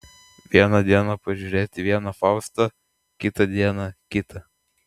vieną dieną pažiūrėti vieną faustą kitą dieną kitą